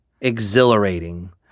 exhilarating